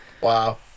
wow